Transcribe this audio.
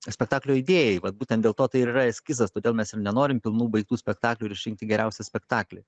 spektaklio idėjai vat būtent dėl to tai ir yra eskizas todėl mes nenorim pilnų baigtų spektaklių ir išrinkti geriausią spektaklį